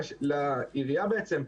לעירייה בעצם,